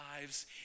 lives